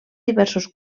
diversos